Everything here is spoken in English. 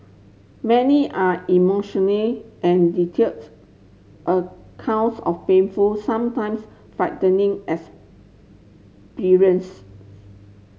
many are emotionally and details accounts of painful sometimes frightening